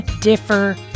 differ